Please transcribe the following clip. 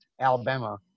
Alabama